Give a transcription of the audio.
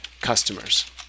customers